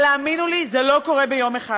אבל האמינו לי, זה לא קורה ביום אחד.